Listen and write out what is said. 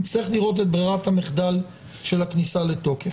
נצטרך לראות את ברירת המחדל של הכניסה לתוקף.